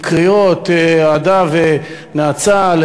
גם קריאות אהדה ונאצה,